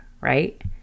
right